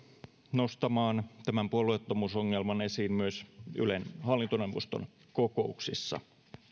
nostamaan tämän puolueettomuusongelman esiin myös ylen hallintoneuvoston kokouksissa